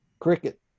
Cricket